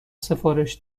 سفارش